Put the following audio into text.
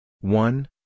one